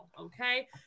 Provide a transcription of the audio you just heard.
okay